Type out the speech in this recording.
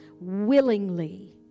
willingly